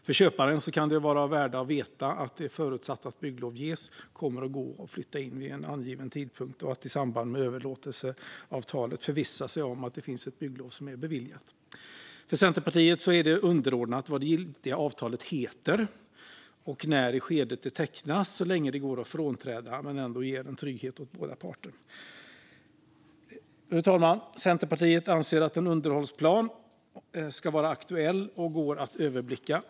För köparen kan det vara av värde att veta att det förutsatt att bygglov ges kommer att gå att flytta in vid en angiven tidpunkt och att i samband med överlåtelseavtalet förvissa sig om att det finns ett bygglov som är beviljat. För Centerpartiet är det underordnat vad det giltiga avtalet heter och när i skedet det tecknas så länge det går att frånträda men ändå ger en trygghet åt båda parter. Fru talman! Centerpartiet anser att en underhållsplan ska vara aktuell och gå att överblicka.